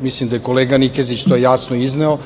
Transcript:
mislim da je kolega Nikezić to jasno izneo,